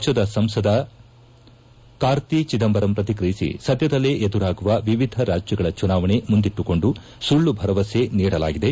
ಪಕ್ಷದ ಸಂಸದ ಕಾರ್ತಿ ಚಿದಂಬರಂ ಪ್ರತಿಕ್ರಿಯಿಸಿ ಸದ್ದದಲ್ಲೇ ಎದುರಾಗುವ ವಿವಿಧ ರಾಜ್ಯಗಳ ಚುನಾವಣೆ ಮುಂದಿಟ್ಟುಕೊಂಡು ಸುಳ್ಳು ಭರವಸೆಯನ್ನು ನೀಡಲಾಗಿದೆ